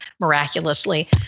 miraculously